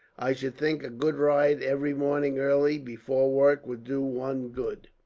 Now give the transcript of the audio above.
i should think a good ride every morning early, before work, would do one good.